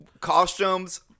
Costumes